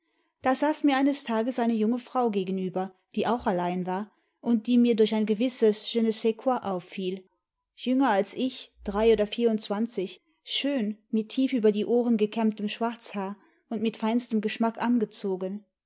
da saß mir eines tages eine junge frau gegenüber die auch allein war und die mir durch ein gewisses je ne sais quoi auffisl jünger als ich drei oder vierundzwanzig schön mit tief über die ohren gekämmtem schwarzhaar und mit feinstem geschmack angezogen